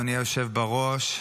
אדוני היושב-ראש,